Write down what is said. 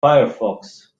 firefox